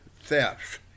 thefts